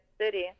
city